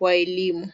wa elimu.